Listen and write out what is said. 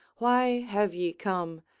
why have ye come,